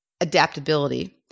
adaptability